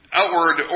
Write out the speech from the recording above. outward